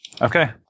Okay